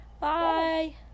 Bye